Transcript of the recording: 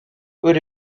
would